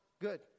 good